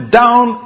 down